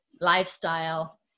lifestyle